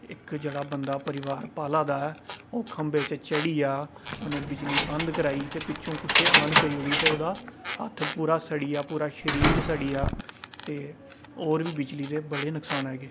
ते जेह्ड़ा बंदा परिवार पाल्ला दा ऐ ओह् खम्बे च चढ़ी गेआ उन्नै बिजली बंद कराई ते पिच्छूं कुसै आन करी ओड़ी ते ओह्दा हत्थ पूरा सड़ी गेआ पूरा शरीर सड़ी गेआ ते होर बी बिजली दे बड़े नुक्सान हैगे